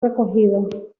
recogido